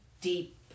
deep